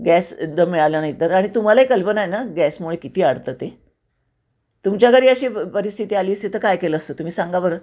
gas एकदा मिळालं नाहीतर आणि तुम्हालाही कल्पना आहे ना गॅसमुळे किती अडतं ते तुमच्या घरी अशी परिस्थिती आली असते तरं काय केलं असतं तुम्ही सांगा बरं